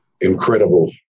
incredible